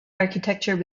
architecture